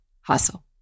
hustle